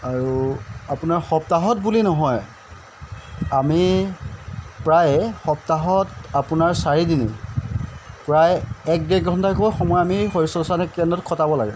আৰু আপোনাৰ সপ্তাহত বুলি নহয় আমি প্ৰায় সপ্তাহত আপোনাৰ চাৰিদিনেই প্ৰায় এক ঘণ্টাকৈ সময় আমি শৰীৰ চৰ্চা কেন্দ্ৰত কটাব লাগে